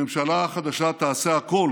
הממשלה החדשה תעשה הכול